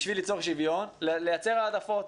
בשביל ליצור שוויון, לייצר העדפות.